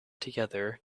together